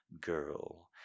girl